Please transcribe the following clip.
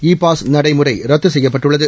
இ pass நடைமுறை ரத்து செய்யப்பட்டுள்ளது